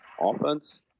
offense